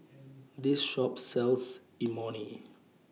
This Shop sells Imoni